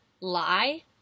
Lie